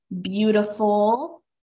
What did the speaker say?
beautiful